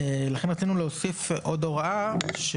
לכן רצינו להוסיף עוד הוראה.